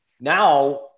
now